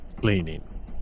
Cleaning